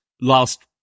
last